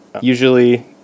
Usually